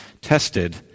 tested